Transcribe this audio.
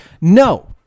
No